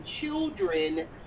children